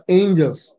angels